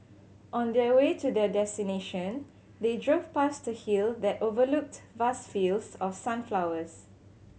on their way to their destination they drove past a hill that overlooked vast fields of sunflowers